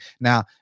Now